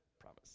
promise